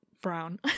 brown